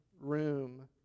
room